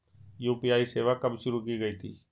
UPI सेवा कब शुरू की गई थी?